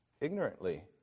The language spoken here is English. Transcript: ignorantly